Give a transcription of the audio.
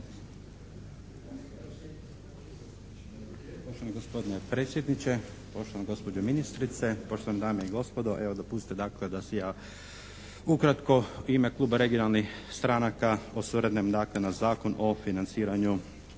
Poštovani gospodine predsjedniče, poštovana gospođo ministrice, poštovane dame i gospodo! Evo, dopustite dakle da se i ja ukratko u ime kluba regionalnih stranaka osvrnem na Zakon o financiranju